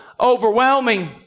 overwhelming